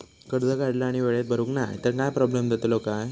कर्ज काढला आणि वेळेत भरुक नाय तर काय प्रोब्लेम जातलो काय?